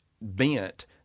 bent